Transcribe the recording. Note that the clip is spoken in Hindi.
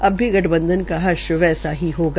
अब भी गठबंधन का हश्र्र वैसा ही होगा